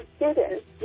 students